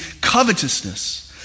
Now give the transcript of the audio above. covetousness